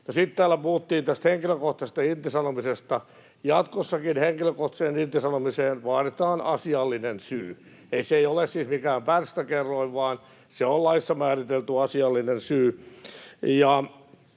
sitten täällä puhuttiin henkilökohtaisesta irtisanomisesta. Jatkossakin henkilökohtaiseen irtisanomiseen vaaditaan asiallinen syy. Se ei ole siis mikään pärstäkerroin, vaan se on laissa määritelty asiallinen syy.